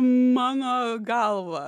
mano galvą